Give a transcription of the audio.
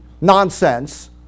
Nonsense